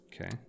Okay